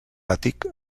àtic